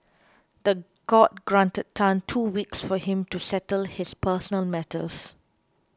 the court granted Tan two weeks for him to settle his personal matters